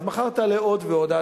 אז מחר תעלה עוד ועוד,